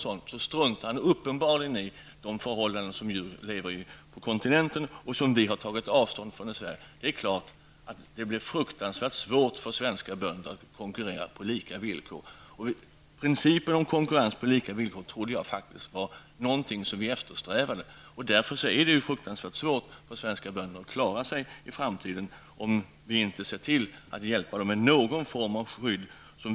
Han struntar uppenbarligen i de förhållanden som djur lever i på kontinenten och som vi har tagit avstånd från i Sverige. Det är klart att det blir fruktansvärt svårt för svenska bönder att konkurrera på lika villkor. Principen om konkurrens på lika villkor trodde jag faktiskt var någonting som vi eftersträvade. Därför är det fruktansvärt svårt för svenska bönder att klara sig i framtiden, om vi inte ser till att hjälpa dem med någon form av skydd.